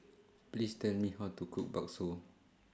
Please Tell Me How to Cook Bakso